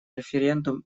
референдум